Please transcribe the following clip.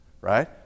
right